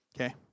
Okay